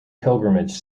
pilgrimage